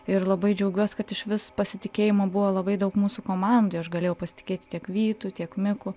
ir labai džiaugiuos kad išvis pasitikėjimo buvo labai daug mūsų komandoj aš galėjau pasitikėti tiek vytu tiek miku